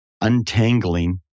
untangling